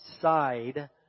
side